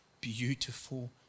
beautiful